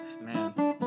man